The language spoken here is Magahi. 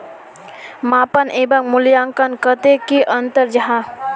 मापन एवं मूल्यांकन कतेक की अंतर जाहा?